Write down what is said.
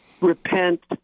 repent